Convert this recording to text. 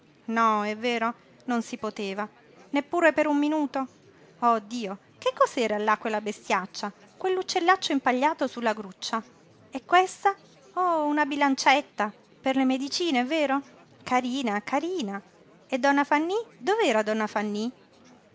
no è vero non si poteva neppure per un minuto oh dio e che cos'era là quella bestiaccia quell'uccellaccio impagliato su la gruccia e questa oh una bilancetta per le medicine è vero carina carina e donna fanny dov'era donna fanny